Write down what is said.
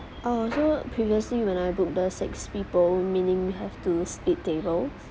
oh so previously when I book the six people meaning have to split tables